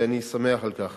ואני שמח על כך